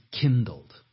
kindled